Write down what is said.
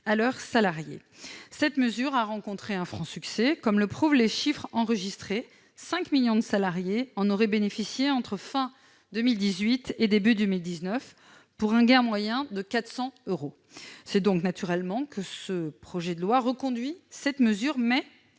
1 000 euros. Cette mesure a rencontré un franc succès, comme le prouvent les chiffres enregistrés : 5 millions de salariés en auraient bénéficié entre fin 2018 et début 2019 pour un gain moyen de 400 euros. C'est donc naturellement que ce projet de loi reconduit cette mesure pour